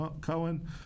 Cohen